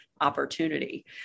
opportunity